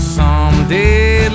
someday